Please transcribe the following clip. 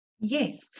Yes